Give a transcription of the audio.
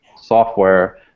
software